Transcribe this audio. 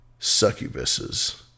succubuses